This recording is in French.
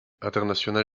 international